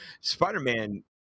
spider-man